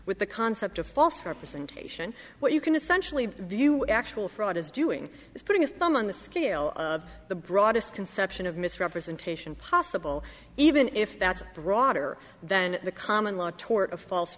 with the concept of false representation what you can essentially view actual fraud as doing is putting a thumb on the scale of the broadest conception of misrepresentation possible even if that's broader than the common law tort of false